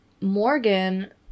Morgan